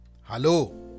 Hello